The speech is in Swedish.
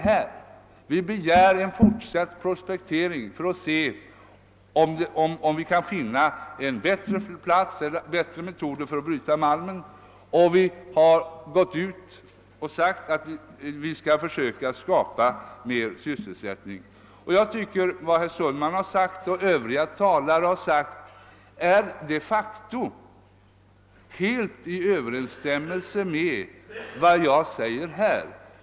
Vi har alltså begärt fortsatt prospektering för att se, om man kan finna en bättre plats eller bättre metoder för att bryta malmen. Vi har också sagt att vi skall försöka skapa ökad Vad herr Sundman och övriga talare har sagt står de facto helt i överensstämmelse med vad jag säger här.